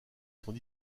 sont